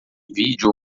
vídeo